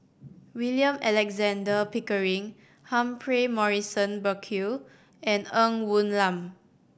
William Alexander Pickering Humphrey Morrison Burkill and Ng Woon Lam